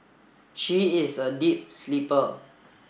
she is a deep sleeper